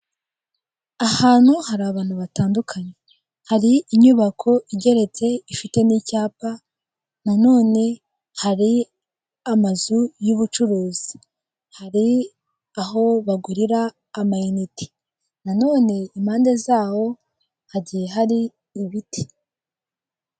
Ahantu hari abantu batandukanye. Hari inyubako igeretse ifite n' icyapa, nanone hari amazu yubucuruzi, hari aho bagurira amayinite. Nanone impande zaho hagiye hari ibiri.